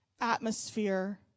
Atmosphere